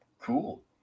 cool